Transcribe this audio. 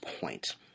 point